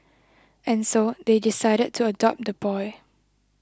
and so they decided to adopt the boy